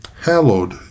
hallowed